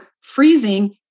freezing